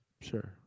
Sure